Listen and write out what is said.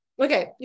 Okay